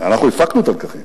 אנחנו הפקנו את הלקחים.